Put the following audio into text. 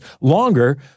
longer